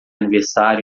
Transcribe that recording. aniversário